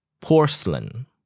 Porcelain